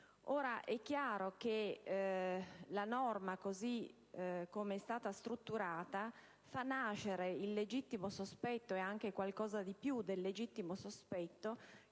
È chiaro che la norma, così come è stata strutturata, fa nascere il legittimo sospetto - e anche qualcosa di più - che il Governo